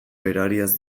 berariaz